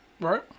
Right